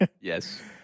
yes